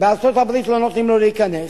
בארצות-הברית לא נותנים לו להיכנס.